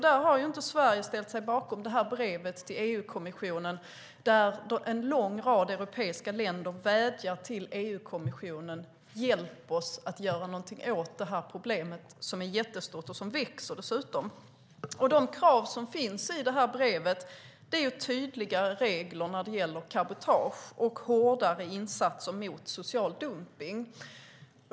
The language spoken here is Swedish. Där har Sverige inte ställt sig bakom brevet till EU-kommissionen där en lång rad europeiska länder vädjar till EU-kommissionen: Hjälp oss att göra någonting åt detta problem som är jättestort och som dessutom växer. De krav som finns i brevet är tydligare regler för cabotage och hårdare insatser mot social dumpning.